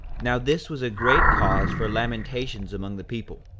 now this was a great cause for lamentations among the people,